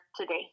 today